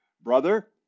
brother